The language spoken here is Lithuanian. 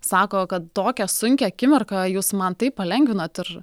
sako kad tokią sunkią akimirką jūs man taip palengvinot ir